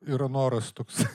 yra noras toksai